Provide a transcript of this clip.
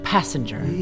Passenger